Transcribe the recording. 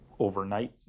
overnight